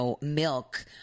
milk